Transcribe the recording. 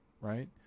Right